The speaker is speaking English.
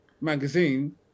magazine